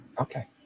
Okay